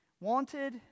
wanted